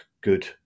good